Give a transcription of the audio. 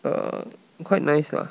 err quite nice lah